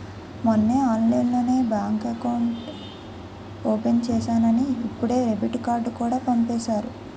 మొన్నే ఆన్లైన్లోనే bank account open చేసేసానని ఇప్పుడే డెబిట్ కార్డుకూడా పంపేసారు